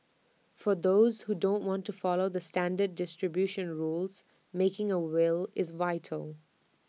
for those who don't want to follow the standard distribution rules making A will is vital